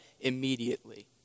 immediately